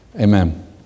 amen